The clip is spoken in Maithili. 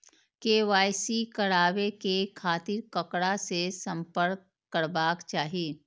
के.वाई.सी कराबे के खातिर ककरा से संपर्क करबाक चाही?